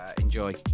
Enjoy